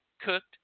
cooked